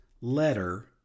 letter